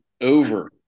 over